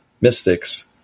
mystics